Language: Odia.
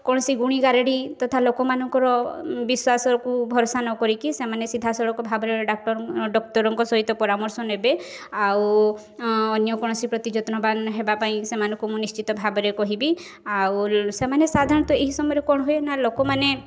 କୌଣସି ଗୁଣି ଗାରେଡ଼ି ତଥା ଲୋକମାନଙ୍କର ବିଶ୍ଵାସକୁ ଭରସା ନ କରିକି ସେମାନେ ସିଧା ସଳଖ ଭାବରେ ଡକ୍ଟର୍ ଡାକ୍ତରଙ୍କ ସହିତ ପରାମର୍ଶ ନେବେ ଆଉ ଅନ୍ୟ କୌଣସି ପ୍ରତି ଯତ୍ନବାନ ହେବାପାଇଁ ସେମାନଙ୍କୁ ମୁଁ ନିଶ୍ଚିତ ଭାବରେ କହିବି ଆଉ ସେମାନେ ସାଧାରଣତଃ ଏହି ସମୟରେ କ'ଣ ହୁଏ ନା ଲୋକମାନେ